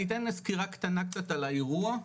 אני אתן סקירה קטנה קצת על האירוע,